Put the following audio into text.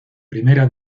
primera